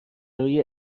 روی